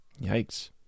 Yikes